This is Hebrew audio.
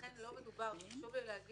לכן חשוב לי לומר